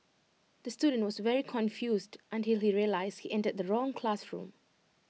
the student was very confused until he realised he entered the wrong classroom